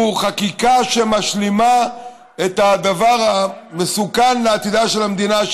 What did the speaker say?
הוא חקיקה שמשלימה את הדבר המסוכן לעתידה של המדינה,